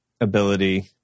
ability